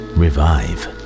revive